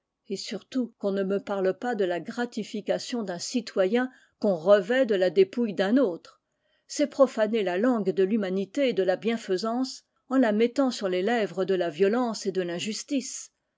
et surtout qu'on ne me parle pas de la gratification d'un citoyen qu'on revêt de la dépouille d'un autre c'est profaner la langue de l'humanité et de la bienfaisance en la mettant sur les lèvres de la violence et de l'injustice